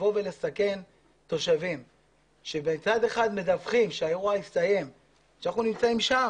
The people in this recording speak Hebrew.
לבוא ולסכן תושבים שבצד אחד מדווחים שהאירוע הסתיים כשאנחנו שם